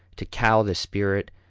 to cow the spirit,